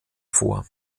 vor